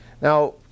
Now